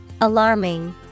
Alarming